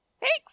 thanks